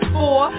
four